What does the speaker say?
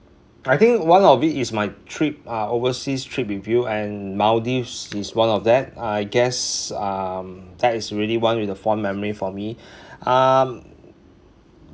I think one of it is my trip uh overseas trip with you and maldives is one of that I guess um that is really one with the fun memory for me um